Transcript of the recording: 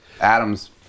Adams